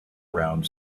around